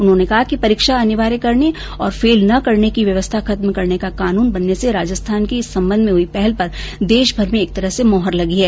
उन्होने कहा कि परीक्षा अनिवार्य करने और फेल न करने की व्यवस्था खत्म करने का कानून बनने से राजस्थान की इस संबंध में हुई पहल पर देशभर की एक तरह से मोहर लगी है